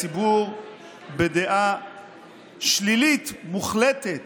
הציבור בדעה שלילית מוחלטת